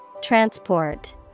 Transport